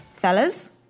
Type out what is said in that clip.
fellas